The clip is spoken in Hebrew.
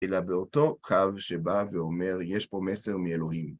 אלא באותו קו שבא ואומר, יש פה מסר מאלוהים.